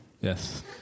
Yes